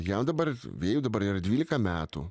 jam dabar vėjui dabar yra dvylika metų